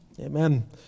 Amen